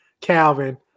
Calvin